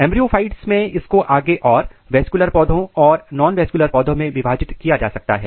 embryophytes में इसको आगे और वैस्कुलर पौधों और नॉनवैस्कुलर पौधों में विभाजित किया जा सकता है